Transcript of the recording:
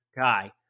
guy